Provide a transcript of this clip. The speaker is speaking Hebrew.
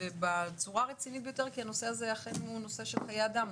ובצורה הרצינית ביותר כי זה נושא של חיי אדם.